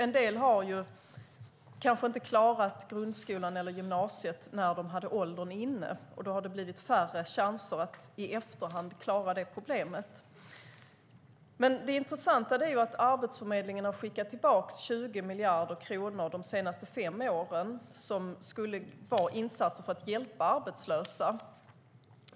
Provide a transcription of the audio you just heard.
En del kanske inte klarade grundskolan eller gymnasiet när de hade åldern inne, och då har det blivit färre chanser att i efterhand klara problemet. Det intressanta är dock att Arbetsförmedlingen de senaste fem åren har skickat tillbaka 20 miljarder kronor som skulle ha gått till insatser för att hjälpa arbetslösa.